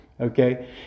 Okay